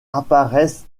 apparaissent